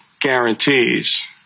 guarantees